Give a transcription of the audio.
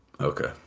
Okay